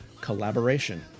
collaboration